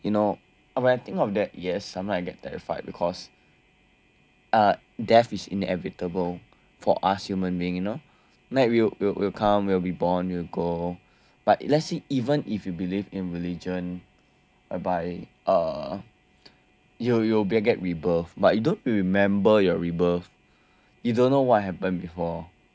you know when I think of that yes sometimes I get terrified because uh death is inevitable for us human being you know like we'll we'll we'll come we'll be born we'll go but let's say even if you believe in religion whereby uh you you'll get rebirth but you don't remember your rebirth you don't know what happened before